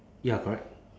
ya correct